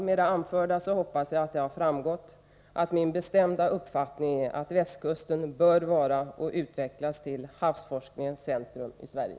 Av det anförda hoppas jag att det har framgått att min bestämda uppfattning är att västkusten bör vara och utvecklas till havsforskningens centrum i Sverige.